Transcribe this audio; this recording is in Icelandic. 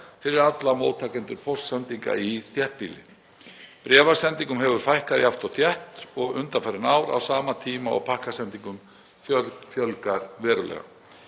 fyrir alla móttakendur póstsendinga í þéttbýli. Bréfasendingum hefur fækkað jafnt og þétt undanfarin ár á sama tíma og pakkasendingum fjölgar verulega.